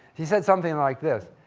he said something like this,